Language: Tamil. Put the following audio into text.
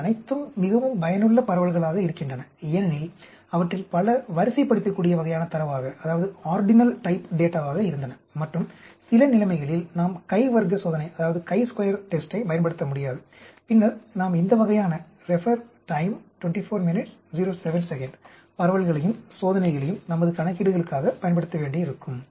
எனவே இவை அனைத்தும் மிகவும் பயனுள்ள பரவல்களாக இருக்கின்றன ஏனெனில் அவற்றில் பல வரிசைப்படுத்தக்கூடிய வகையான தரவாக இருந்தன மற்றும் சில நிலைமைகளில் நாம் கை வர்க்க சோதனையைப் பயன்படுத்த முடியாது பின்னர் நாம் இந்த வகையான பரவல்களையும் சோதனைகளையும் நமது கணக்கீடுகளுக்காக பயன்படுத்த வேண்டியிருக்கும்